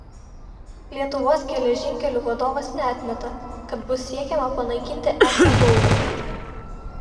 lietuvos geležinkelių vadovas neatmeta kad bus siekiama panaikinti ek baudą